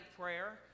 prayer